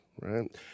right